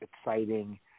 exciting